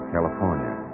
California